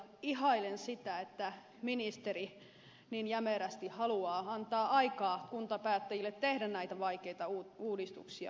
ihailen sitä että ministeri niin jämerästi haluaa antaa aikaa kuntapäättäjille tehdä näitä vaikeita uudistuksia